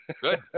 Good